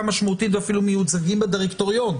משמעותית ואפילו --- עם הדירקטוריון.